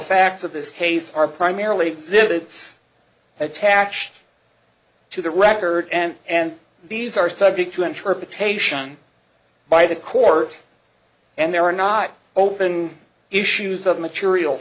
facts of this case are primarily exhibits attached to the record and and these are subject to interpretation by the court and there are not open issues of material